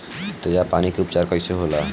तेजाब पान के उपचार कईसे होला?